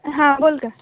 हां बोल गं